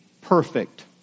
perfect